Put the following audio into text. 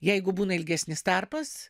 jeigu būna ilgesnis tarpas